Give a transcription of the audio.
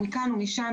מכאן ומשם,